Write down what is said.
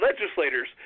legislators